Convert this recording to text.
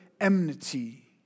enmity